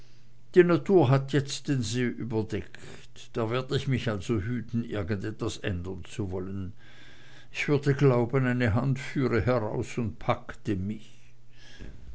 die natur hat jetzt den see überdeckt da werd ich mich also hüten irgendwas ändern zu wollen ich würde glauben eine hand führe heraus und packte mich